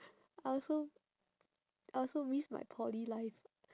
I also I also miss my poly life